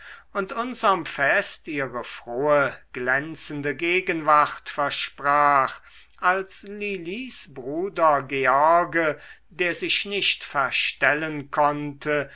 und unserm fest ihre frohe glänzende gegenwart versprach als lilis bruder george der sich nicht verstellen konnte